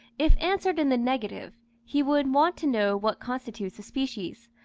if answered in the negative, he would want to know what constitutes a species,